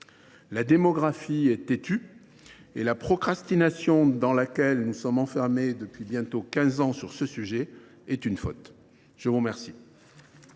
La démographie est têtue et la procrastination dans laquelle nous sommes enfermés depuis bientôt quinze ans sur ce sujet est une faute. La discussion